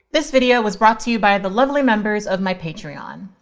this video was brought to you by the lovely members of my patreon